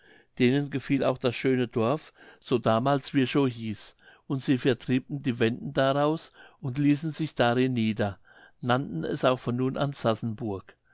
denen gefiel auch das schöne dorf so damals wirchow hieß und sie vertrieben die wenden daraus und ließen sich darin nieder nannten es auch von nun an sassenburg